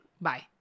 Bye